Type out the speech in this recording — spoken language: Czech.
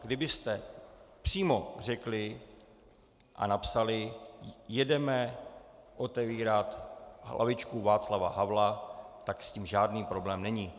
Kdybyste přímo řekli a napsali, jedeme otevírat lavičku Václava Havla, tak s tím žádný problém není.